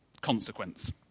consequence